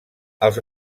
els